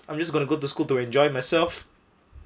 I'm just gonna go to go to school to enjoy myself